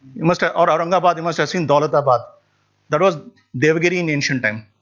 you must have or aurangabad, you must have seen daulatabad that was devagiri in ancient and